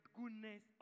goodness